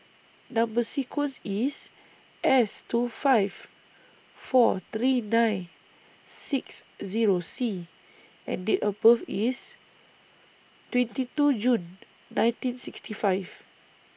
Number sequence IS S two five four three nine six Zero C and Date of birth IS twenty two June nineteen sixty five